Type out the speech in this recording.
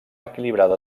equilibrada